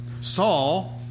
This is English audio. Saul